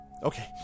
Okay